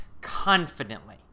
confidently